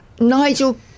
Nigel